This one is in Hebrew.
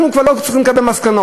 אנחנו כבר לא צריכים לקבל מסקנות,